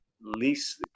least